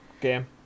game